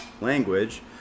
language